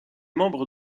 membre